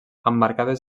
emmarcades